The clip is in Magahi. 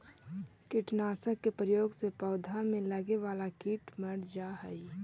कीटनाशक के प्रयोग से पौधा में लगे वाला कीट मर जा हई